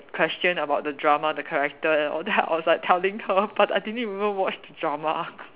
question about the drama the character and all that I was like telling her but I didn't even watch the drama